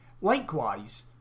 Likewise